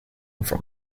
from